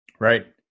Right